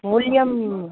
मूल्यम्